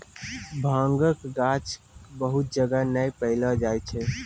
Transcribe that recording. भांगक गाछ बहुत जगह नै पैलो जाय छै